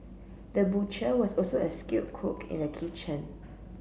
the butcher was also a skilled cook in the kitchen